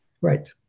Right